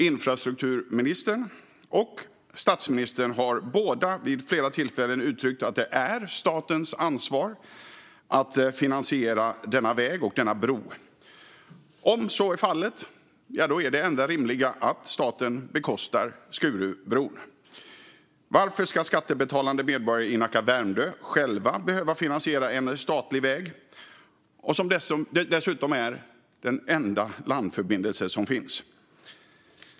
Infrastrukturministern och statsministern har båda vid flera tillfällen uttryckt att det är statens ansvar att finansiera denna väg och denna bro. Om så är fallet är det enda rimliga att staten bekostar Skurubron. Varför ska skattebetalande medborgare i Nacka och Värmdö själva behöva finansiera en statlig väg, som dessutom är den enda landförbindelse som finns?